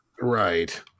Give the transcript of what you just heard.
right